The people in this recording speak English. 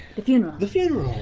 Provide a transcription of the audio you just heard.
the funeral. the funeral.